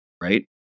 right